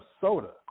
soda